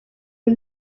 y’u